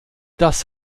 das